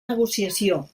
negociació